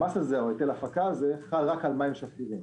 היטל ההפקה הזה חל רק על מים שפירים.